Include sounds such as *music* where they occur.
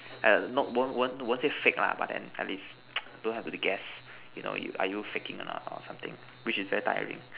err not won't won't won't say fake lah but then I least *noise* don't have to guess you know you are you faking or not or something which is very tiring